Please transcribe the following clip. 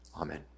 Amen